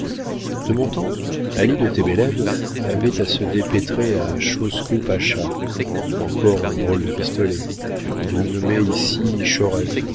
de mon temps ali de tébélen avait à se dépétrer de chosrew pacha encore un drôle de pistolet vous le nommez ici